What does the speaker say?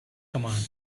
command